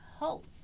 Host